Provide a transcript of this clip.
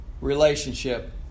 relationship